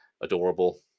Adorable